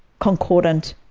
concordant